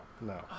No